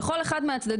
בכל אחד מהצדדים,